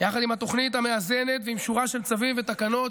יחד עם התוכנית המאזנת ועם שורה של צווים ותקנות,